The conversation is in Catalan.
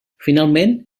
finalment